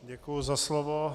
Děkuji za slovo.